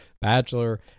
bachelor